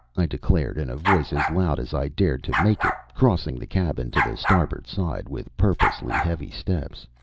i declared, in a voice as loud as i dared to make it, crossing the cabin to the starboard side with purposely heavy steps.